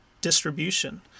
distribution